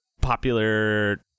popular